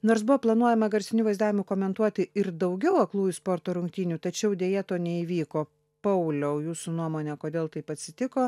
nors buvo planuojama garsiniu vaizdavimu komentuoti ir daugiau aklųjų sporto rungtynių tačiau deja to neįvyko pauliau jūsų nuomone kodėl taip atsitiko